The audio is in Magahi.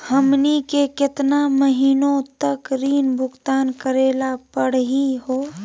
हमनी के केतना महीनों तक ऋण भुगतान करेला परही हो?